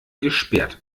gesperrt